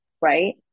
Right